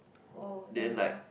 oh then how